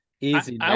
Easy